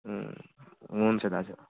हुन्छ दाजु